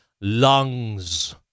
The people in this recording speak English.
lungs